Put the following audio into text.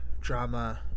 drama